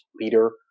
leader